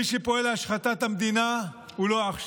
מי שפועל להשחתת המדינה הוא לא אח שלי,